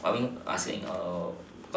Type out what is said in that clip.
I mean asking